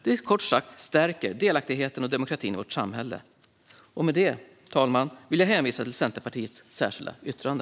Det stärker kort sagt delaktigheten och demokratin i vårt samhälle. Fru talman! Jag vill i och med detta hänvisa till Centerpartiets särskilda yttrande.